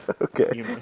Okay